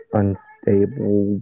unstable